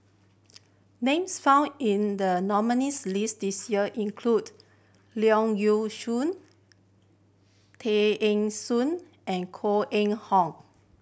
names found in the nominees' list this year include Leong Yee Soo Tear Ee Soon and Koh Eng Hoon